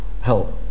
help